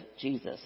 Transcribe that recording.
Jesus